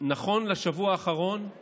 נכון לשבוע האחרון יש